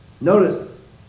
Notice